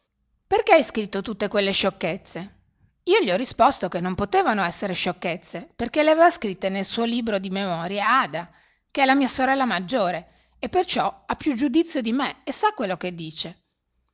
perché hai scritto tutte queste sciocchezze io gli ho risposto che non potevano essere sciocchezze perché le aveva scritte nel suo libro di memorie ada che è la mia sorella maggiore e perciò ha più giudizio di me e sa quello che dice